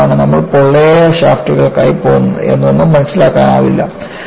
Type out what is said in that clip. എന്തുകൊണ്ടാണ് നമ്മൾ പൊള്ളയായ ഷാഫ്റ്റുകൾക്കായി പോകുന്നത് എന്നൊന്നും മനസ്സിലാക്കാനാവില്ല